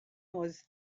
was